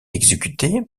exécutés